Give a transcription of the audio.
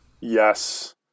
Yes